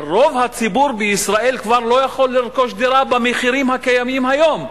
רוב הציבור בישראל כבר לא יכול לרכוש דירה במחירים הקיימים היום,